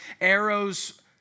arrows